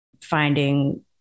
finding